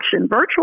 virtual